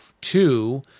two